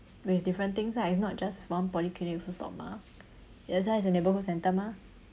with different things ah it's not just one polyclinic full stop mah that's why it's a neighbourhood centre mah